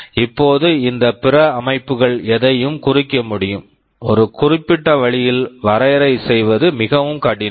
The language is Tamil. இப்போது இந்த பிற அமைப்புகள் எதையும் குறிக்க முடியும் ஒரு குறிப்பிட்ட வழியில் வரையறை செய்வது மிகவும் கடினம்